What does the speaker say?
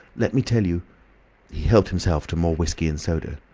let me tell you he helped himself to more whiskey and soda.